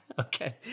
Okay